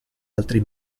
altri